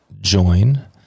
join